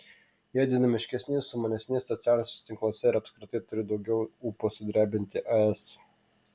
jie dinamiškesni sumanesni socialiniuose tinkluose ir apskritai turi daugiau ūpo sudrebinti es